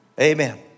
Amen